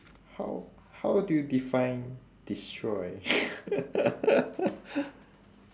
how how do you define destroy